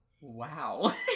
wow